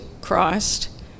Christ